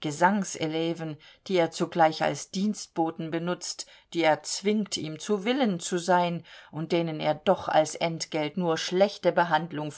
gesangselven die er zugleich als dienstboten benutzt die er zwingt ihm zu willen zu sein und denen er doch als entgelt nur schlechte behandlung